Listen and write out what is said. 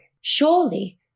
Surely